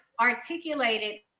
articulated